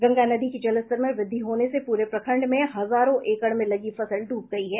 गंगा नदी के जलस्तर में वृद्धि होने से पूरे प्रखंड में हजारों एकड़ में लगी फसल ड्रब गयी है